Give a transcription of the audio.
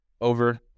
over